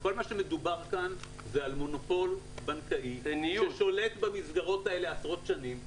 כל מה שמדובר כאן זה על מונופול בנקאי ששולט במסגרות האלה עשרות שנים,